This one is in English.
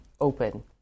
open